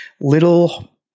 little